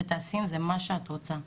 ותעשי עם זה מה שאת רוצה'.